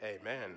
Amen